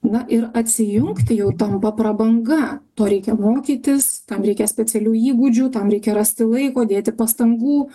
na ir atsijungti jau tampa prabanga to reikia mokytis tam reikia specialių įgūdžių tam reikia rasti laiko dėti pastangų